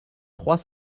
trois